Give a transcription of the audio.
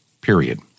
period